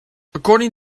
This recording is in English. according